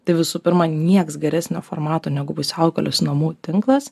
tai visų pirma nieks geresnio formato negu pusiaukelės namų tinklas